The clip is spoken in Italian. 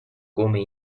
come